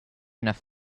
enough